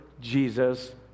Jesus